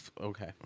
okay